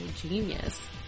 genius